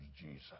Jesus